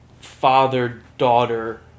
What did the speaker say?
father-daughter